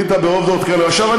החליטה ברוב דעות כן לאשר.